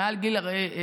מעל גיל 45,